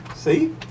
See